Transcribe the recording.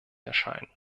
erscheinen